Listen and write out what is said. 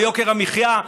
ויוקר המחיה,